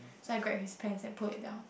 so I grab his pants and pulled it down